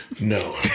No